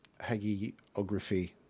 hagiography